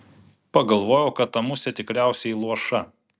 pagalvojau kad ta musė tikriausiai luoša